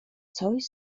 coś